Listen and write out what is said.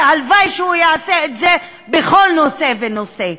והלוואי שהוא יעשה את זה בכל נושא ונושא.